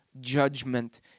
judgment